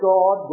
God